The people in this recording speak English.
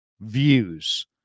views